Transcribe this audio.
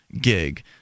gig